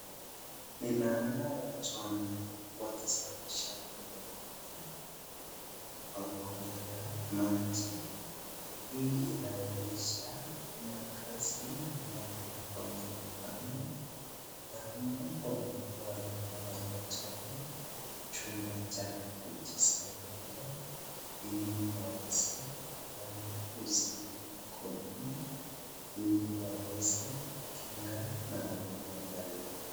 Ninaona watu ambao wanasafisha mikono yao kwa bomba la maji. Hii inaonyesha kuna kazi ambayo walikuwa wanafanya ama walikuwa wanataka chumba cha kujisaidia ili waweze kufanya usafi mikononi ili waweze kujikinga na magonjwa mbalimbali.